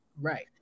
right